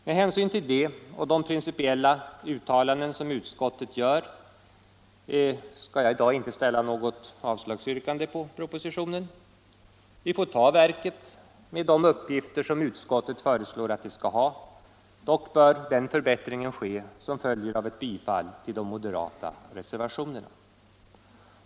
Med hänsyn till det och de principiella uttalanden som utskottet gör skall jag i dag inte ställa något avslagsyrkande. Vi får ta verket med de uppgifter som utskottet föreslår att det skall ha; dock bör den förbättring som ett bifall till de moderata reservationerna skulle innebära vidtas.